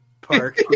Park